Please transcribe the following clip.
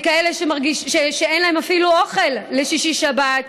וכאלה שאין להם אפילו אוכל לשישי שבת,